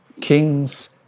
kings